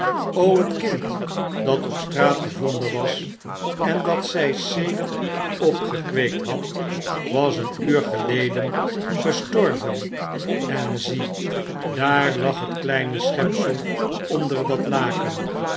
het kind dat op straat gevonden was en dat zij sedert opgekweekt had was een uur geleden gestorven en zie daar lag het kleine schepsel onder dat laken